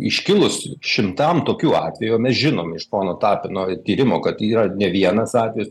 iškilus šimtam tokių atvejų o mes žinome iš pono tapino tyrimo kad yra ne vienas atvejis